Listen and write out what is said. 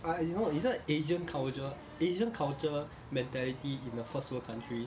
ah as you know it's a asian culture asian culture mentality in a first world country